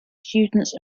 students